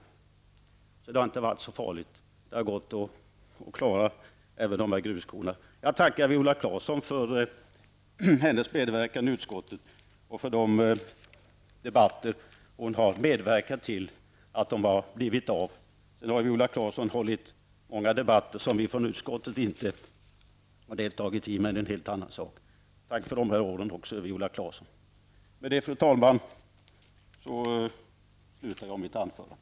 Det har alltså inte varit så farligt. Det har gått att klara av även de där gruskornen. Jag tackar Viola Claesson för hennes medverkan i utskottet och för de debatter hon har medverkat till. Viola Claesson har ju också varit med i många debatter som vi andra från utskottet inte har deltagit i, men det är en helt annan sak. Tack för de här åren, Viola Claesson! Med det, fru talman, slutar jag mitt anförande.